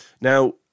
Now